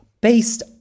based